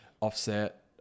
Offset